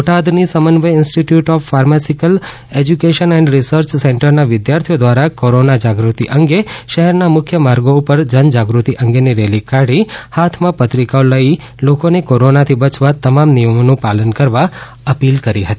બોટાદની Samanvay institute of pharmaceutical education and research સેન્ટરના વિદ્યાર્થીઓ દ્વારા કોરોના જાગૃતિ અગે શહેરના મુખ્ય માર્ગો ઉપર જન જાગૃતિ અંગેની રેલી કાઢી હાથમાં પત્રિકાઓ લઈ લોકોને કોરોનાથી બયવા તમામ નિથમોનું પાલન કરવા અપીલ કરી હતી